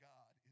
God